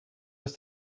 was